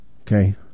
okay